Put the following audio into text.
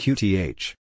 Qth